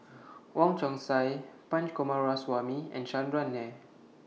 Wong Chong Sai Punch Coomaraswamy and Chandran Nair